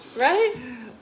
Right